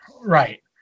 Right